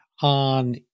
on